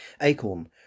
Acorn